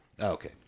Okay